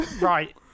right